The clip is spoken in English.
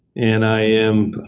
and i am,